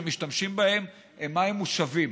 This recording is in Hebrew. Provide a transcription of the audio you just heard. שהם משתמשים בהם הם מים מושבים.